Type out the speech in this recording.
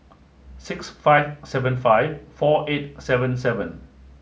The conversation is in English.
six five seven five four eight seven seven